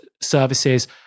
services